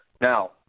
Now